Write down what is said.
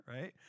right